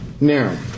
Now